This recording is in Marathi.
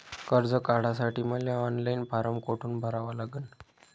कर्ज काढासाठी मले ऑनलाईन फारम कोठून भरावा लागन?